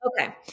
Okay